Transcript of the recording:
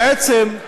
בעצם,